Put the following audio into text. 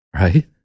Right